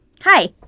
Hi